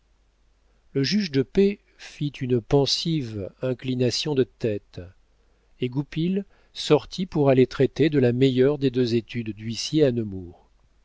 le juge de paix fit une pensive inclination de tête et goupil sortit pour aller traiter de la meilleure des deux études d'huissier à